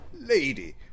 lady